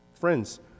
Friends